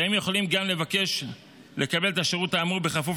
והם יכולים גם לבקש לקבל את השירות האמור בכפוף